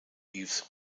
yves